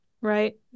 right